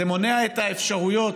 זה מונע את האפשרויות